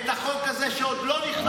לא, זה לוקש.